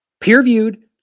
Peer-viewed